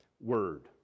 word